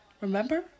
Remember